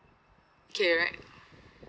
okay right